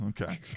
okay